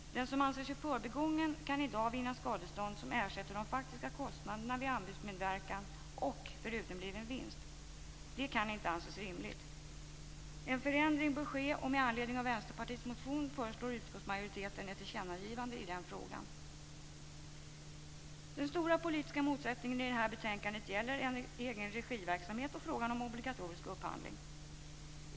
Den som anser sig förbigången kan i dag vinna skadestånd som ersätter de faktiska kostnaderna vid anbudsmedverkan och utebliven vinst. Det kan inte anses rimligt. En förändring bör ske. Med anledning av Västerpartiets motion föreslår utskottsmajoriteten ett tillkännagivande i den frågan. Den stora politiska motsättningen i det här betänkandet gäller egenregiverksamhet och frågan om obligatorisk upphandling.